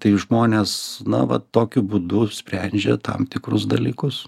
tai žmonės na va tokiu būdu sprendžia tam tikrus dalykus